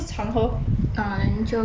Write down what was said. ah then 就 ok orh